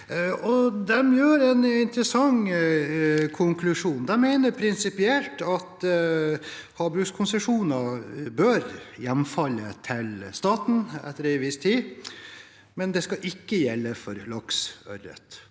De har en interessant konklusjon. De mener prinsipielt at havbrukskonsesjoner bør hjemfalle til staten etter en viss tid, men det skal ikke gjelde for laks, ørret